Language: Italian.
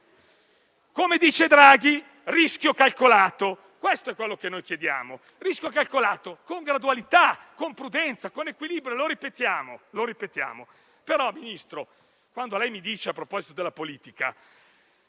Come dice Draghi, rischio calcolato. Questo è quello che chiediamo: rischio calcolato con gradualità, con prudenza, con equilibrio; lo ripetiamo. Però, Ministro, quando, a proposito della politica,